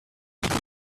super